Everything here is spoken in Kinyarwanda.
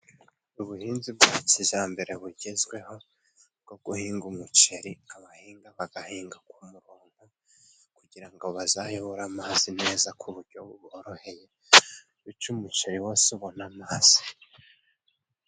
Ubuhinzi bwa kijyambere bugezweho bwo guhinga umuceri, abahinga bagahinga ku murongo, kugira ngo bazayobore amazi neza ku bujyo buboroheye, bico umuceri wose ubone amazi.